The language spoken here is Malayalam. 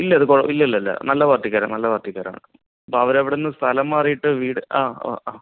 ഇല്ല അതിപ്പോൾ ഇല്ല നല്ല പാർട്ടിക്കാരാണ് നല്ല പാർട്ടിക്കാരാണ് അപ്പോൾ അവരവിടെനിന്ന് സ്ഥലം മാറിയിട്ട് വീട് ആ ആ